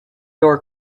door